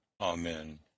Amen